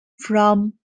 from